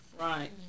Right